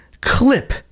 clip